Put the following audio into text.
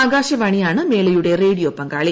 ആകാശവാണിയാണ് മേളയുടെ റേഡിയോ പങ്കാളി